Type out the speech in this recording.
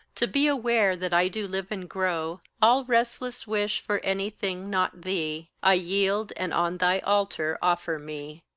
to be aware that i do live and grow all restless wish for anything not thee, i yield, and on thy altar offer me.